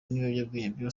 n’ibyangombwa